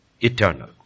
Eternal